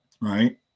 right